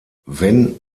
wenn